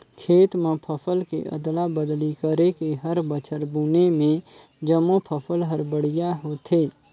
खेत म फसल के अदला बदली करके हर बछर बुने में जमो फसल हर बड़िहा होथे